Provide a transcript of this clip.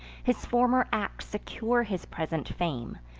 his former acts secure his present fame,